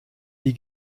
die